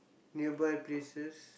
nearby places